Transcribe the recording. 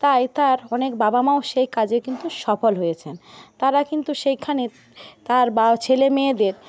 তাই তার অনেক বাবা মাও সেই কাজে কিন্তু সফল হয়েছেন তারা কিন্তু সেইখানে তার ছেলেমেয়েদের